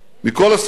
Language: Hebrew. מכל הסיעות